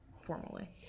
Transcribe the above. Formally